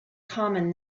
common